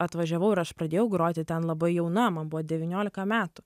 atvažiavau ir aš pradėjau groti ten labai jauna man buvo devyniolika metų